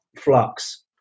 flux